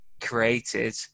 created